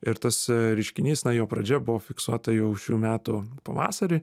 ir tas reiškinys na jo pradžia buvo fiksuota jau šių metų pavasarį